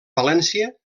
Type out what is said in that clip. valència